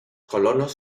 colonos